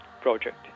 project